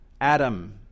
Adam